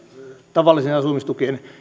tavalliseen asumistukeen